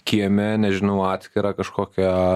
kieme nežinau atskira kažkokia